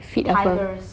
feed apa